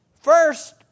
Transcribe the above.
First